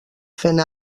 fent